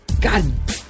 God